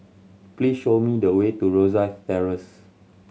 please show me the way to Rosyth Terrace